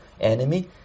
enemy